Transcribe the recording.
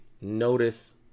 notice